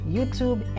YouTube